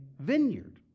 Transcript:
vineyard